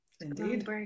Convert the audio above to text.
Indeed